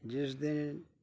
ਜਿਸ ਦੇ